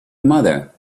mother